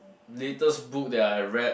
latest book that I read